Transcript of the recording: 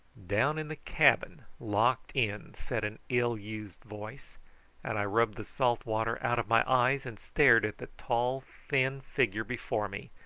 down in the cabin locked in, said an ill-used voice and i rubbed the salt-water out of my eyes, and stared at the tall thin figure before me,